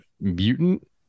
mutant